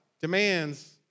demands